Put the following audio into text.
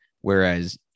Whereas